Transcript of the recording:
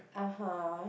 (uh huh)